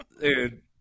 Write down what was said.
Dude